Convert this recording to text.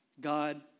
God